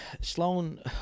Sloan